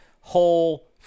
whole